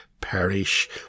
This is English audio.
perish